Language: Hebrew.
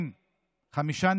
מבישים,